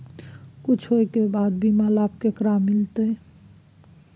कुछ होय के बाद बीमा लाभ केकरा मिलते?